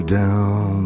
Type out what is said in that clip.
down